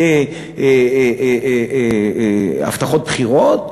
כהבטחות בחירות,